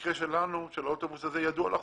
במקרה שלנו, של האוטובוס הזה, ידעו על החולייה,